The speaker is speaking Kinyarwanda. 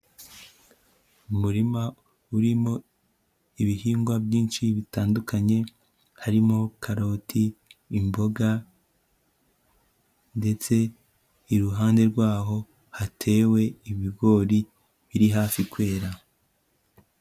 Umurima urimo ibihingwa byinshi bitandukanye, harimo karoti, imboga ndetse iruhande rwaho hatewe ibigori biri hafi kwera.